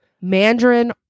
mandarin